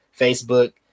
Facebook